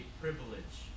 privilege